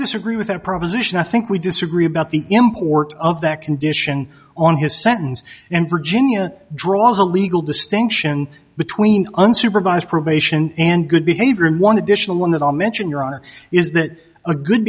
disagree with that proposition i think we disagree about the import of that condition on his sentence and virginia draws a legal distinction between unsupervised probation and good behavior in one additional one that i mention your honor is that a good